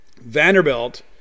Vanderbilt